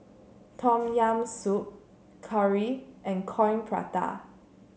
Tom Yam Soup Curry and Coin Prata